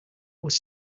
was